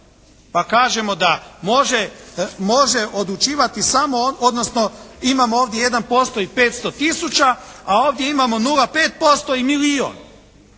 Pa kažemo da može, može odlučivati samo odnosno imamo ovdje 1% i 500 tisuća a ovdje imamo 0,5% i milijun.